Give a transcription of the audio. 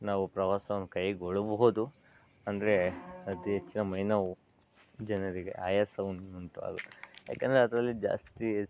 ನಾವು ಪ್ರವಾಸವನ್ನು ಕೈಗೊಳ್ಳಬಹುದು ಅಂದರೆ ಅತಿ ಹೆಚ್ಚಿನ ಮೈ ನೋವು ಜನರಿಗೆ ಆಯಾಸ ಉಂಟಾಗುತ್ತದೆ ಯಾಕೆಂದರೆ ಅದರಲ್ಲಿ ಜಾಸ್ತಿ